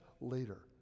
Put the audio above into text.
later